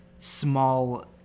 small